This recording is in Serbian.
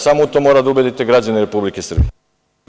Samo u to morate da ubedite građane Republike Srbije.